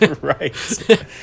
right